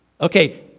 Okay